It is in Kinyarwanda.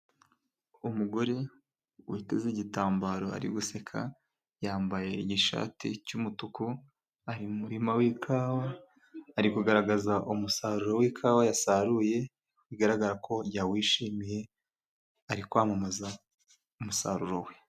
Umugore witeze igitambaro ari guseka, yambaye ishati cy'umutuku ari mu murima w'ikawa ari kugaragaza umusaruro w'ikawa yasaruye bigaragara ko yawishimiye, ari kwamamaza umusaruro we.